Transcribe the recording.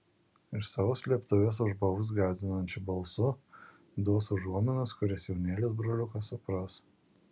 iš savo slėptuvės užbaubs gąsdinančiu balsu duos užuominas kurias jaunėlis broliukas supras